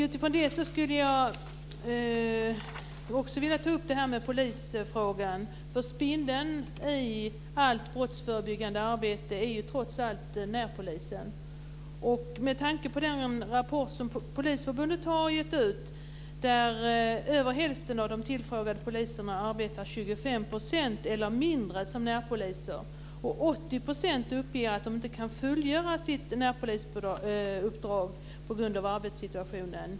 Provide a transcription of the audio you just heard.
Utifrån det skulle också jag vilja ta upp polisfrågan. Spindeln i nätet i allt brottsförebyggande arbete är trots allt närpolisen. I den rapport som Polisförbundet har gett ut står det att över hälften av de tillfrågade poliserna arbetar 25 % eller mindre som närpoliser. 80 % uppger att de inte kan fullgöra sitt närpolisuppdrag på grund av arbetssituationen.